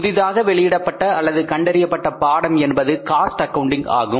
புதிதாக வெளியிடப்பட்ட அல்லது கண்டறியப்பட்ட பாடம் என்பது காஸ்ட் அக்கவுண்டிங் ஆகும்